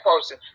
person